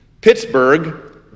Pittsburgh